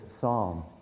psalm